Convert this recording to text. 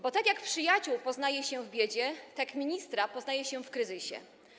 Bo jak przyjaciół poznaje się w biedzie, tak ministra poznaje się w kryzysie.